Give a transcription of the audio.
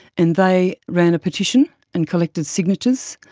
and they ran a petition and collected signatures.